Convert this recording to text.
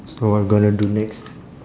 so what we gonna do next